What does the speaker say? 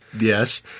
Yes